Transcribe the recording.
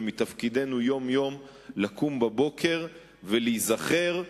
ומתפקידנו יום-יום לקום בבוקר ולהיזכר,